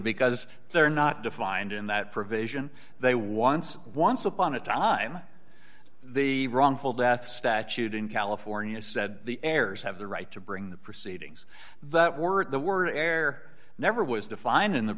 because they're not defined in that provision they once once upon a time the wrongful death statute in california said the errors have the right to bring the proceedings that were the word air never was defined in the